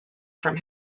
from